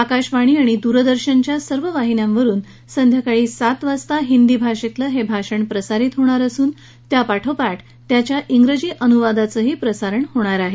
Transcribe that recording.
आकाशवाणी आणि दूरदर्शनच्या सर्व वाहिन्यावरून संध्याकाळी सात वाजता हिंदी भाषेतलं हे भाषण प्रसारित होणार असून त्यापाठोपाठ त्याच्या इंग्रजी अनुवादाचंही प्रसारण होणार आहे